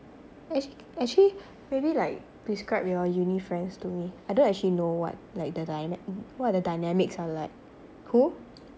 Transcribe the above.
actu~ actually maybe like describe your uni friends to me I don't actually know what like the dyna~ what the dynamics are like who